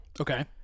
Okay